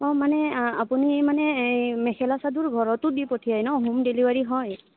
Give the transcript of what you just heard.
অঁ মানে আপুনি মানে এই মেখেলা চাদৰ ঘৰতো দি পঠিয়াই ন হোম ডেলিভাৰী হয়